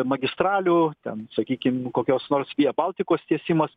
magistralių ten sakykim kokios nors via baltikos tiesimas